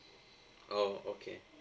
oh okay